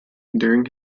during